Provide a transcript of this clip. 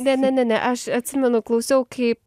ne ne ne ne aš atsimenu klausiau kaip